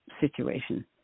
situation